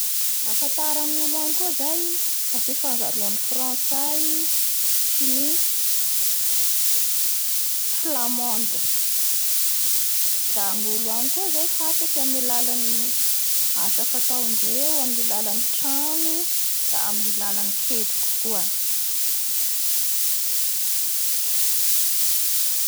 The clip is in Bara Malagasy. Ngafatara ny olo agny koa zay da fifangaroan'ny frantsay sy ny flamonde da gnolo agny koa zay fantatsy amin'ny alalan'ny asa fataondreo amin'ny trango da amin'ny alaan'ny ketrijy koa